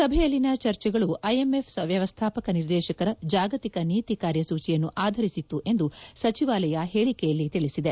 ಸಭೆಯಲ್ಲಿನ ಚರ್ಚೆಗಳು ಐಎಂಎಫ್ ವ್ಯವಸ್ದಾಪಕ ನಿರ್ದೇಶಕರ ಜಾಗತಿಕ ನೀತಿ ಕಾರ್ಯಸೂಚಿಯನ್ನು ಆಧರಿಸಿತ್ತು ಎಂದು ಸಚಿವಾಲಯ ಹೇಳಿಕೆಯಲ್ಲಿ ತಿಳಿಸಿದೆ